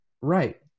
Right